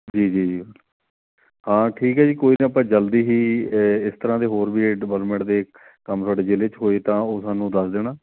ਜੀ ਜੀ ਜੀ ਹਾਂ ਠੀਕ ਹੈ ਜੀ ਕੋਈ ਨਾ ਆਪਾਂ ਜਲਦੀ ਹੀ ਇਸ ਤਰ੍ਹਾਂ ਦੇ ਹੋਰ ਵੀ ਡਿਵੈਲਪਮੈਂਟ ਦੇ ਕੰਮ ਤੁਹਾਡੇ ਜ਼ਿਲ੍ਹੇ 'ਚ ਹੋਏ ਤਾਂ ਉਹ ਸਾਨੂੰ ਦੱਸ ਦੇਣਾ